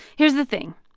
here's the thing.